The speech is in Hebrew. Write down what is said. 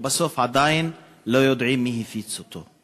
ובסוף עדיין לא יודעים מי הפיץ אותו,